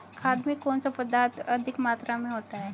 खाद में कौन सा पदार्थ अधिक मात्रा में होता है?